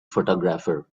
photographer